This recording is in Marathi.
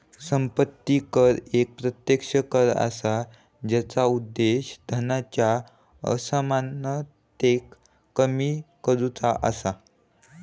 संपत्ती कर एक प्रत्यक्ष कर असा जेचा उद्देश धनाच्या असमानतेक कमी करुचा असा